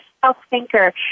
self-thinker